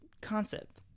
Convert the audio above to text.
concept